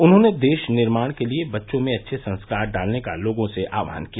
उन्होंने देश निर्माण के लिए बच्चों में अच्छे संस्कार डालने का लोगों से आह्वान किया